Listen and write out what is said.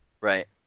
right